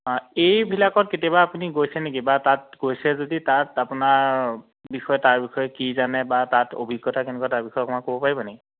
এইবিলাকত কেতিয়াবা আপুনি গৈছে নেকি বা তাত গৈছে যদি তাত আপোনাৰ বিষয়ে তাৰ বিষয়ে কি জানে বা তাত অভিজ্ঞতা কেনেকুৱা তাৰ বিষয়ে অকণমান ক'ব পাৰিব নেকি